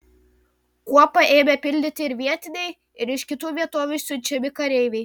kuopą ėmė papildyti ir vietiniai ir iš kitų vietovių siunčiami kareiviai